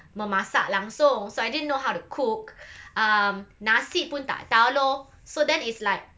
memasak langsung so I didn't know how to cook um nasi pun tak tahu lor so then it's like